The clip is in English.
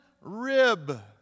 rib